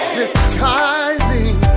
disguising